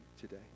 today